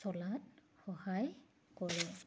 চলাত সহায় কৰে